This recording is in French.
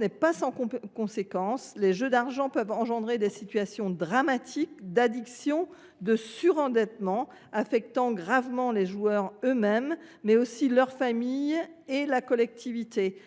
n’est pas sans conséquence : les jeux d’argent peuvent susciter des situations dramatiques d’addiction et de surendettement, qui affectent gravement les joueurs eux mêmes, mais aussi leurs familles et la collectivité.